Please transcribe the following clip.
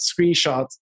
screenshot